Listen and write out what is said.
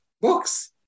books